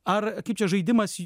ar kaip čia žaidimas